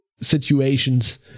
situations